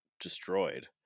destroyed